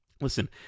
Listen